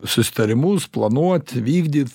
susitarimus planuot vykdyt